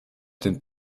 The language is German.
den